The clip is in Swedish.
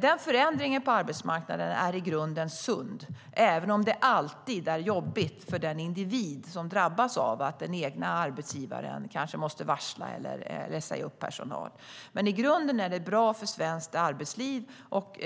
Denna förändring på arbetsmarknaden är i grunden sund, även om det alltid är jobbigt för den individ som drabbas av att den egna arbetsgivaren kanske måste varsla eller säga upp personal. Men i grunden är det bra för svenskt arbetsliv och